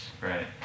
Right